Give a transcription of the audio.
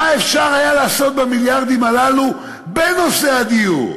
מה אפשר היה לעשות במיליארדים הללו בנושא הדיור,